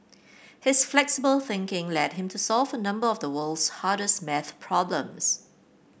his flexible thinking led him to solve a number of the world's hardest maths problems